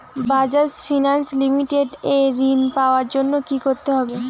Bajaj Finance Limited এ ঋন পাওয়ার জন্য কি করতে হবে?